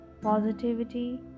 positivity